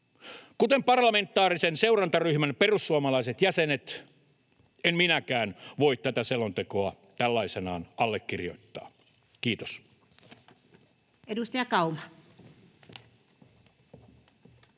Kuten parlamentaarisen seurantaryhmän perussuomalaiset jäsenet, en minäkään voi tätä selontekoa tällaisenaan allekirjoittaa. — Kiitos. Edustaja Kauma.